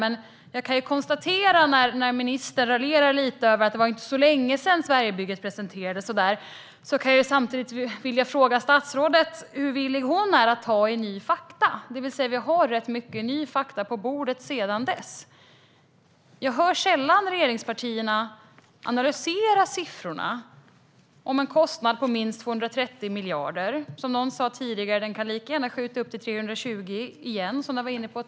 Men ministern raljerade lite över att det inte var så länge sedan som Sverigebygget presenterades. Då vill jag fråga statsrådet hur villig hon är att ta till sig nya fakta. Det finns rätt många nya fakta på bordet sedan dess. Jag hör sällan regeringspartierna analysera siffrorna om en kostnad på minst 230 miljarder. Som någon sa tidigare kan de lika gärna gå upp till 320 miljarder, det vet vi inte.